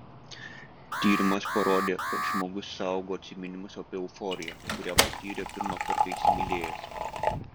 tyrimas parodė kad žmogus saugo atsiminimus apie euforiją kurią patyrė pirmą kartą įsimylėjęs